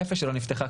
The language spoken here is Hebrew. הנפש שלו נפתחה,